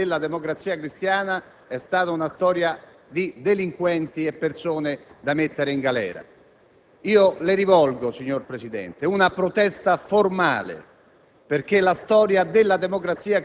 e che tutto il resto della storia della Democrazia Cristiana è stata storia di delinquenti e di persone da mettere in galera. Signor Presidente, le rivolgo una protesta formale